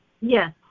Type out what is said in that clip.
Yes